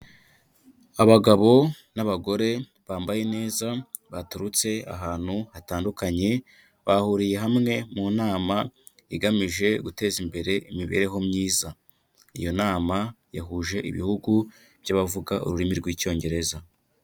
Abagabo n'abagore bambaye neza baturutse ahantu hatandukanye, bahuriye hamwe mu nama igamije guteza imbere imibereho myiza, iyo nama yahuje ibihugu by'abavuga ururimi rw'Icyongereza.